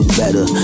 better